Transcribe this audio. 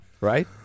right